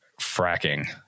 fracking